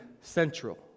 central